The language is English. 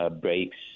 Breaks